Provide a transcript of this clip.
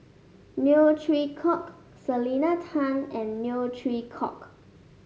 Neo Chwee Kok Selena Tan and Neo Chwee Kok